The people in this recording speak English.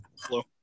Hello